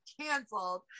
canceled